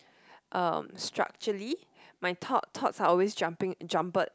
um structurally my thought thoughts are always jumping jumbled